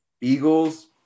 Eagles